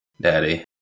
daddy